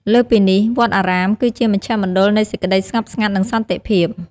ព្រះសង្ឃជាអ្នកដែលរក្សា និងផ្សព្វផ្សាយនូវព្រះធម៌ និងមាគ៌ាផ្សេងៗ។